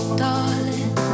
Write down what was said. darling